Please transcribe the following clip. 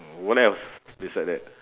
what else beside that